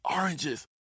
oranges